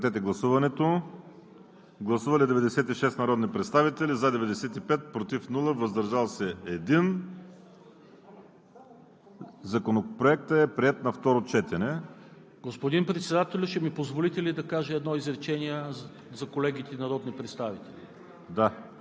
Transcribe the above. Гласували 96 народни представители: за 95, против няма, въздържал се 1. Законопроектът е приет на второ четене. ДОКЛАДЧИК СЛАВЧО АТАНАСОВ: Господин Председател, ще ми позволите ли да кажа едно изречение за колегите народни представители?